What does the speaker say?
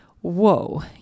whoa